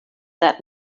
that